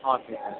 okay sir